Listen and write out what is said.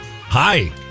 Hi